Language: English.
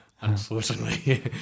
unfortunately